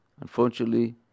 unfortunately